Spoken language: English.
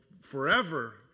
forever